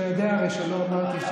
אתה יודע הרי שלא אמרתי,